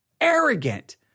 arrogant